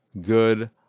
good